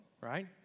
right